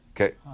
Okay